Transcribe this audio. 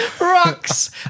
Rocks